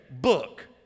book